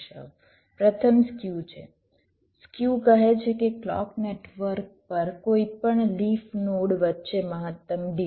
પ્રથમ સ્ક્યુ છે સ્ક્યુ કહે છે કે ક્લૉક નેટવર્ક પર કોઈપણ લિફ નોડ વચ્ચે મહત્તમ ડિલે